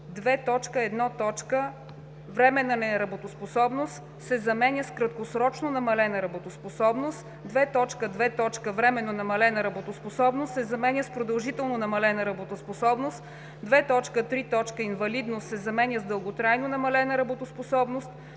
2.1. „временна неработоспособност“ се заменя с „краткосрочно намалена работоспособност“; 2.2. „временно намалена работоспособност“ се заменя с „продължително намалена работоспособност“; 2.3. „инвалидност“ се заменя с „дълготрайно намалена работоспособност“;